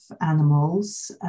animals